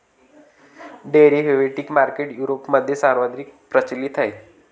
derivative market युरोपमध्ये सर्वाधिक प्रचलित आहे